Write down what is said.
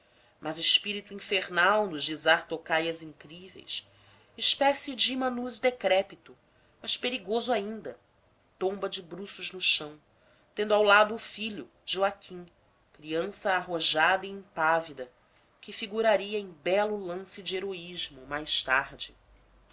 mas espírito infernal no gizar tocaias incríveis espécie de imanus decrépito mas perigoso ainda tomba de bruços no chão tendo ao lado o filho joaquim criança arrojada e impávida que figuraria em belo lance de heroísmo mais tarde